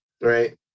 right